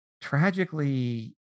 Tragically